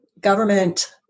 government